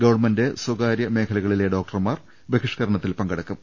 government സ്വകാരൃ മേഖലകളിലെ ഡോക്ടർമാർ ബഹിഷ്കരണ ത്തിൽ പങ്കെടുക്കും